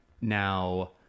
Now